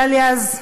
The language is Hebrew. היה לי אז,